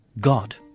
God